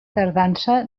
tardança